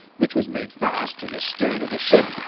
which was made fast to the stern of the ship,